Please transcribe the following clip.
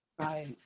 Right